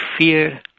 fear